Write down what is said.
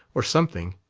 or something.